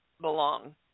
belong